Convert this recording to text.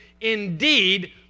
indeed